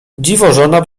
dziwożona